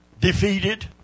defeated